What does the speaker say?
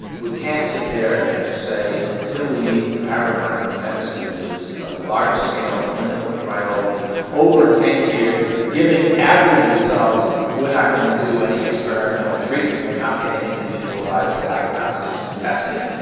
we can't sit there and say until we meet the paradigm of medicine which is a large scale clinical trial over ten years, giving average results, we're not going to do any experimental treatment. we're not going to individualise diagnostics and testing.